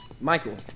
Michael